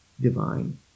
divine